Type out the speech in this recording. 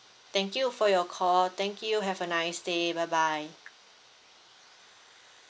thank you for your call thank you have a nice day bye bye